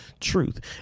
truth